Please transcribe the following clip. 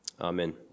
Amen